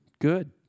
good